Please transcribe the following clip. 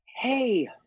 hey